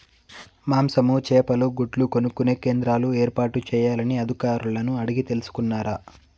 మాంసము, చేపలు, గుడ్లు కొనుక్కొనే కేంద్రాలు ఏర్పాటు చేయాలని అధికారులను అడిగి తెలుసుకున్నారా?